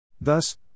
Thus